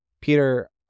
Peter